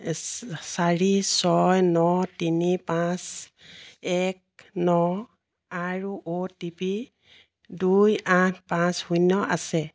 চাৰি ছয় ন তিনি পাঁচ এক ন আৰু অ' টি পি দুই আঠ পাঁচ শূন্য আছে